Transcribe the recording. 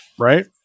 Right